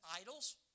idols